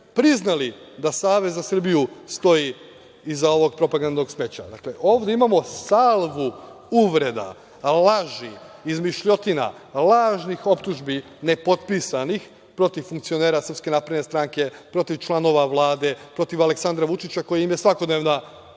priznali da Savez za Srbiju stoji iza ovog propagandnog smeća. Dakle, ovde imamo salvu uvreda, laži, izmišljotina, lažnih optužbi nepotpisanih protiv funkcionera SNS, protiv članova Vlade, protiv Aleksandra Vučića koji im je svakodnevna